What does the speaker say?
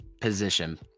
position